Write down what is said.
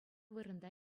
вырӑнта